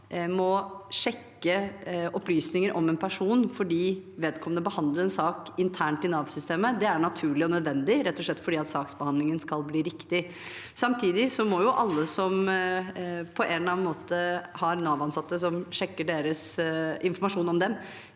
må sjekke opplysninger om en person fordi vedkommende behandler en sak internt i Nav-systemet, er naturlig og nødvendig – rett og slett for at saksbehandlingen skal bli riktig. Samtidig må alle som på en eller annen måte har Nav-ansatte som sjekker informasjon om dem,